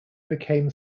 became